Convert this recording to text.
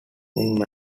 malta